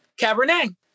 Cabernet